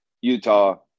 Utah